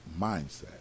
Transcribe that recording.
mindset